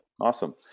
Awesome